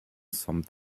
some